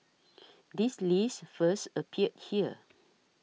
this list first appeared here